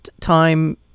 time